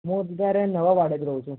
હું અત્યારે નવા વાડજ રહું છું